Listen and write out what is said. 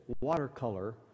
watercolor